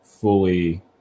fully